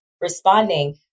responding